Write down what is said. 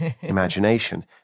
imagination